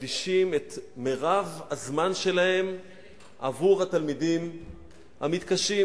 ומקדישים את רוב הזמן שלהם לתלמידים המתקשים.